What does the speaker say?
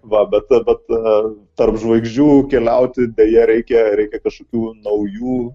va bet bet tarp žvaigždžių keliauti deja reikia reikia kažkokių naujų